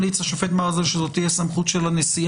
השופט מרזל, אני ממליץ שזאת תהיה סמכות של הנשיאה.